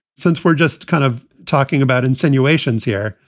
since we're just kind of talking about insinuations here,